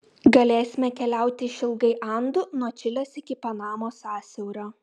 galėsime keliauti išilgai andų nuo čilės iki panamos sąsiaurio